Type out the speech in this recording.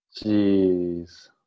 Jeez